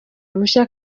bushya